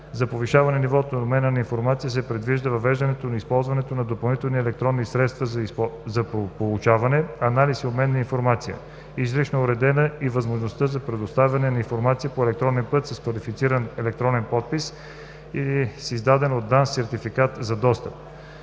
За повишаване нивото на обмен на информация се предвижда въвеждане на използването на допълнителни електронни средства за получаване, анализ и обмен на информация. Изрично е уредена и възможност за предоставяне на информация по електронен път с квалифициран електронен подпис или с издаден от ДАНС сертификат за достъп.